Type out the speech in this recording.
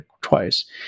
twice